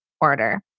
order